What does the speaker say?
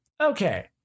Okay